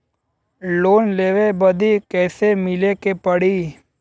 Loan लेवे बदी कैसे मिले के पड़ी?